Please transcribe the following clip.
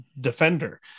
Defender